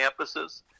campuses